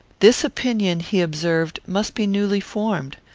this opinion, he observed, must be newly formed.